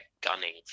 gunning